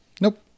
Nope